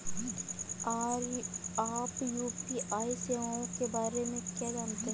आप यू.पी.आई सेवाओं के बारे में क्या जानते हैं?